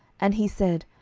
and he said,